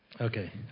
Okay